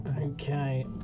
okay